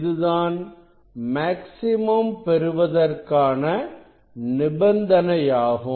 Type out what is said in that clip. இதுதான் மேக்ஸிமம் பெறுவதற்கான நிபந்தனையாகும்